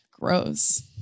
Gross